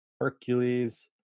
Hercules